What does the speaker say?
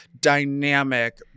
dynamic